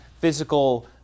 physical